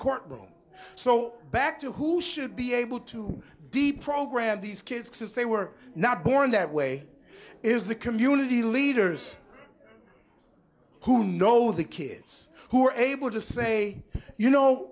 court room so back to who should be able to deprogram these kids since they were not born that way is the community leaders who know the kids who are able to say you know